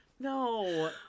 No